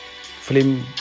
film